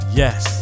yes